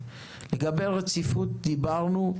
לגבי רציפות דיברנו.